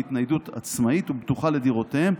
בהתניידות עצמאית ובטוחה לדירותיהם,